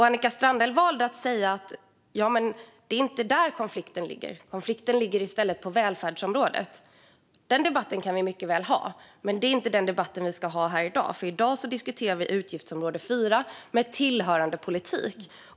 Annika Strandhäll valde att säga att det inte är där konflikten ligger utan att den i stället ligger på välfärdsområdet. Den debatten kan vi mycket väl ha, men det är inte den debatt vi ska ha här i dag. I dag diskuterar vi nämligen utgiftsområde 4 med tillhörande politik.